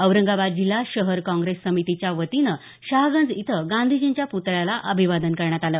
औरंगाबाद जिल्हा शहर काँग्रेस समितीच्या वतीनं शहागंज इथं गांधीजींच्या प्तळ्याला अभिवादन करण्यात आलं